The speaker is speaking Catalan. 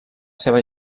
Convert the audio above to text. seva